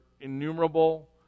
innumerable